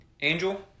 Angel